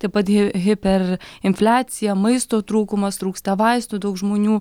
taip pat hiper infliacija maisto trūkumas trūksta vaistų daug žmonių